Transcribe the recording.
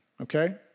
okay